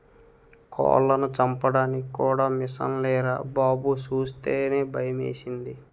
కోళ్లను చంపడానికి కూడా మిసన్లేరా బాబూ సూస్తేనే భయమేసింది